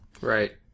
Right